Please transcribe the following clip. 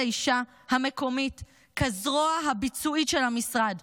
האישה המקומית כזרוע הביצועית של המשרד.